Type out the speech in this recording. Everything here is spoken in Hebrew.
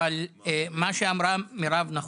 אבל מה שאמרה מירב נכון.